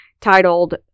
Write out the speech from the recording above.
titled